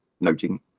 noting